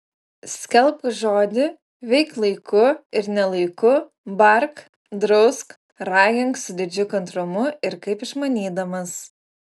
skelbk žodį veik laiku ir ne laiku bark drausk ragink su didžiu kantrumu ir kaip išmanydamas